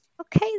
Okay